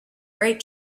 great